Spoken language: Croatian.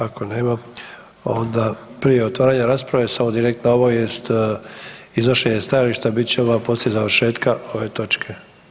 Ako nema, onda prije otvaranja rasprave, samo direktna obavijest, iznošenje stajališta bit će odmah poslije završetka ove točke.